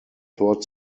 tor